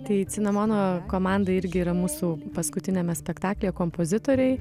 tai cinamono komanda irgi yra mūsų paskutiniame spektaklyje kompozitoriai